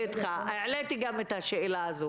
תאמין לי שאני איתך, העליתי גם את השאלה הזו.